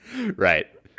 Right